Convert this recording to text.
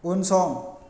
उनसं